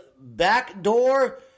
Backdoor